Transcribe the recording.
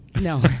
no